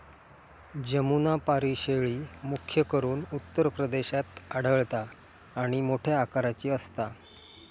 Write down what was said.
जमुनापारी शेळी, मुख्य करून उत्तर प्रदेशात आढळता आणि मोठ्या आकाराची असता